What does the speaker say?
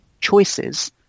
choices